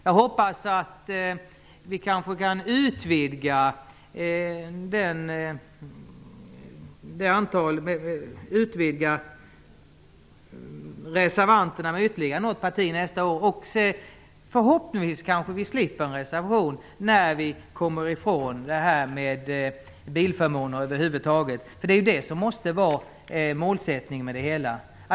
Jag hoppas att antalet reservanter kan utvidgas med ytterligare något parti nästa år, och förhoppningsvis kanske vi slipper en reservation när vi kommer ifrån detta med bilförmåner över huvud taget. Det är ju det som måste vara målsättningen.